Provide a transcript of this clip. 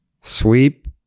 Sweep